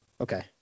Okay